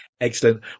excellent